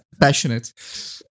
passionate